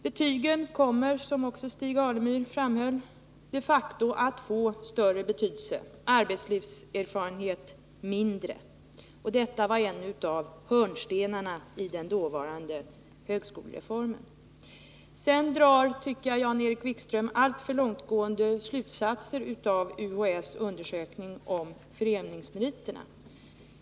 Betygen kommer, som Stig Alemyr framhöll, de facto att få större och arbetslivserfarenheten mindre betydelse. Och just arbetslivserfarenheten var en av hörnstenarna i högskolereformen. Sedan tycker jag att Jan-Erik Wikström drar alltför vittgående slutsatser av UHÄ:s undersökning om föreningsmeriterna.